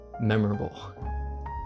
memorable